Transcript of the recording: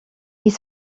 ils